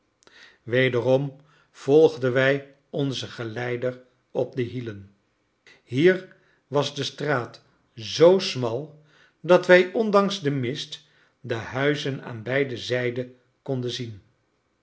wederom volgden wij onzen geleider op de hielen hier was de straat zoo smal dat wij ondanks den mist de huizen aan beide zijden konden zien